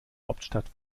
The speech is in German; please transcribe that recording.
hauptstadt